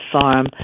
farm